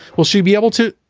will she be able to?